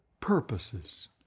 purposes